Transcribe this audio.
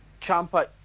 Champa